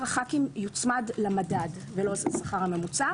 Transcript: הח"כים יוצמד למדד ולא לשכר הממוצע.